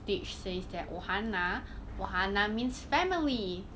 stitch says that ohana ohana means family